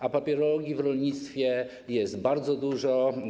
A papierologii w rolnictwie jest bardzo dużo.